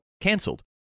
cancelled